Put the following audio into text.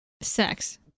Sex